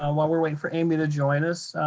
um while we're waiting for amy to join us,